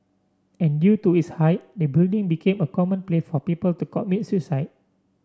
and due to its height the building became a common place for people to commit suicide